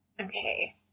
okay